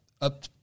up